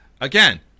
Again